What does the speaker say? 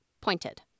pointed